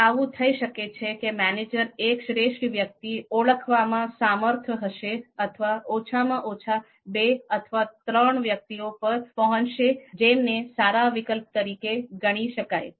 તે આવું થઈ શકે છે કે મેનેજર એક શ્રેષ્ઠ વ્યક્તિ ઓળખવામાં સમર્થ હશે અથવા ઓછામાં ઓછા બે અથવા ત્રણ વ્યક્તિઓ પર પહોંચશે જેમને સારા વિકલ્પ તરીકે ગણી શકાય